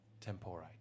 temporite